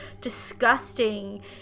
disgusting